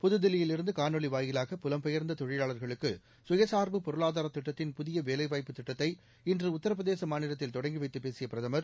புதுதில்லியிலிருந்து காணொலி வாயிலாக புலம் பெயர்ந்த தொழிலாளர்களுக்கு கயசார்பு பொருளாதார திட்டத்தின் புதிய வேலைவாய்ப்புத் திட்டத்தை இன்று உத்தரபிரதேச மாநிலத்தில் தொடங்கி வைத்துப் பேசிய பிரதமர்